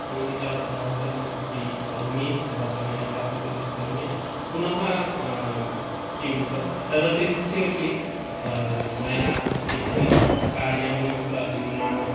सङ्गीताभ्यासम् अपि करोमि यदा समयः प्राप्यते तत् करोमि पुनः किं तत् तदतिरिच्य अपि मया केचन कार्याणि मत्लब् नाम